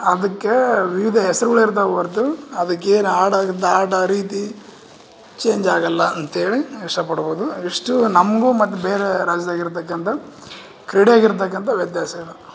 ಅದಕ್ಕೆ ವಿವಿಧಾ ಹೆಸ್ರುಗಳು ಇರ್ತಾವೆ ಹೊರ್ತು ಅದಕ್ಕೇನು ಆಡೋದ್ ಆಡೋ ರೀತಿ ಚೇಂಜ್ ಆಗೋಲ್ಲ ಅಂತೇಳಿ ಇಷ್ಟ ಪಡ್ಬೋದು ಇಷ್ಟು ನಮ್ಗೂ ಮತ್ತು ಬೇರೆ ರಾಜ್ಯದಾಗ ಇರ್ತಕ್ಕಂಥ ಕ್ರೀಡೆಗೆ ಇರ್ತಕ್ಕಂಥ ವ್ಯತ್ಯಾಸ ಇದು